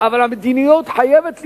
אבל המדיניות חייבת להיות,